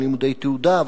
אם לימודי תעודה,